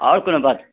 आरो कोनो बात